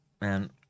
man